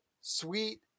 sweet